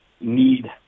need